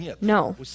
No